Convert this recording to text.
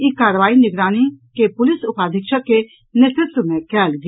ई कार्रवाई निगरानी के पुलिस उपाधीक्षक के नेतृत्व मे कयल गेल